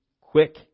quick